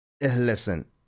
Listen